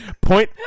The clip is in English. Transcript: Point